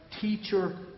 teacher